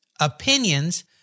opinions